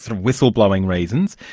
sort of whistle-blowing reasons,